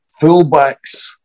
fullbacks